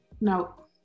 No